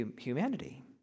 humanity